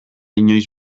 inoiz